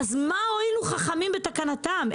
מה הועילו כאן חכמים בתקנתם,